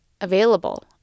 available